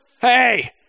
Hey